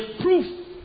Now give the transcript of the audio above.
proof